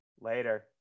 Later